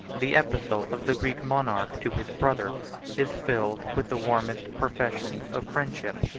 the epistle of the greek monarch to his brother is filled with the warmest professions of friendship,